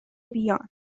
بیان